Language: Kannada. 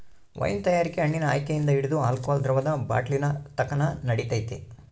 ವೈನ್ ತಯಾರಿಕೆ ಹಣ್ಣಿನ ಆಯ್ಕೆಯಿಂದ ಹಿಡಿದು ಆಲ್ಕೋಹಾಲ್ ದ್ರವದ ಬಾಟ್ಲಿನತಕನ ನಡಿತೈತೆ